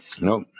Nope